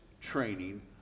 training